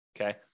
Okay